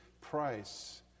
price